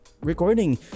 recording